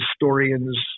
historians